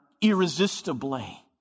irresistibly